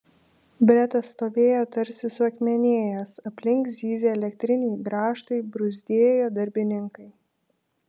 bretas stovėjo tarsi suakmenėjęs aplink zyzė elektriniai grąžtai bruzdėjo darbininkai